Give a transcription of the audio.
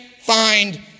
find